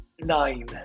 nine